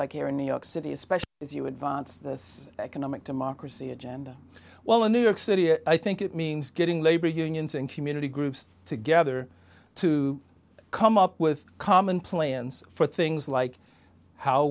like here in new york city especially if you advance this economic democracy agenda well in new york city i think it means getting labor unions and community groups together to come up with common plans for things like how